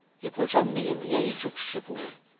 it was only in the age of chivalry,